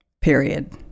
Period